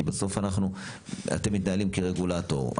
כי בסוף אנחנו, אתם מתנהלים כרגולטור.